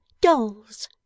Dolls